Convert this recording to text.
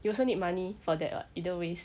you also need money for that [what] either ways